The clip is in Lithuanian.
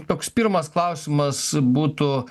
toks pirmas klausimas būtų